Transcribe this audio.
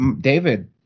david